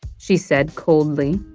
she said coldly.